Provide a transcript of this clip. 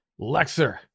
lexer